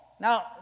Now